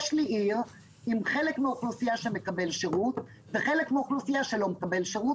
יש לי עיר עם חלק מהאוכלוסייה שמקבל שירות וחלק אחר שלא מקבל שירות